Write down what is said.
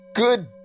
Good